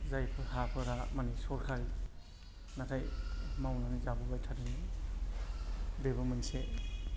जायफोर हाफोरा माने सरखारि नाथाय मावनानै जाबोबाय थादोंमोन बेबो मोनसे